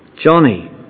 Johnny